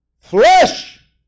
Flesh